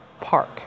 Park